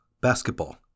basketball